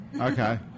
Okay